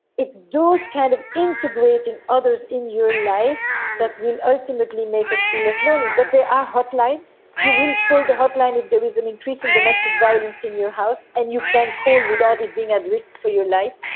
its doors kind of integrating others in your life that will ultimately make us feel as ngoni. but there are hotlines you will call the hotline if there is an increasing domestic violence in your house and you can call without it being at risk for your life.